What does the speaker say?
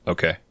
Okay